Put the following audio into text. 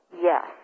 Yes